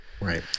Right